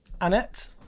Annette